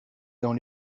dans